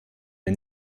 mir